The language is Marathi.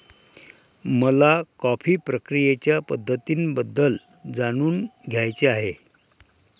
मला कॉफी प्रक्रियेच्या पद्धतींबद्दल जाणून घ्यायचे आहे